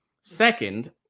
Second